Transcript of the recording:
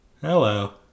Hello